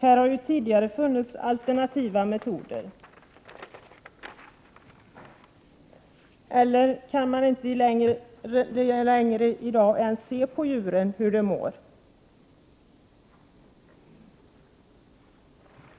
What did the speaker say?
Det har ju tidigare funnits alternativa metoder. Kan man i dag inte ens se på djuren hur de mår?